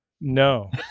no